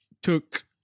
Took